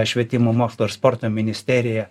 švietimo mokslo ir sporto ministerija